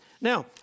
Now